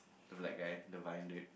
the black guy the brown dude